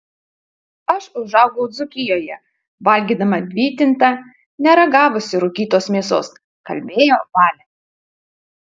aš užaugau dzūkijoje valgydama vytintą neragavusi rūkytos mėsos kalbėjo valė